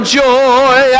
joy